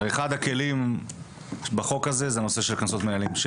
הרי אחד הכלים בחוק הזה זה נושא של קנסות מינהליים.